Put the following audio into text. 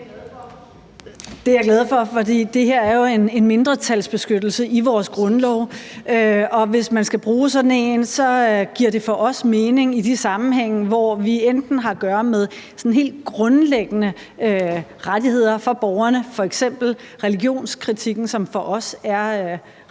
Det er jeg glad for at høre. For det her er jo en mindretalsbeskyttelse i vores grundlov, og hvis man skal bruge sådan en, giver det for os mening i de sammenhænge, hvor vi har at gøre med nogle helt grundlæggende rettigheder for borgerne, f.eks. religionskritikken, som for os er ret